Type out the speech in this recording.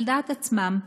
על דעת עצמם,